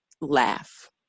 laugh